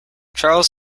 charles